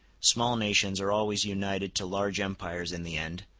small nations are always united to large empires in the end,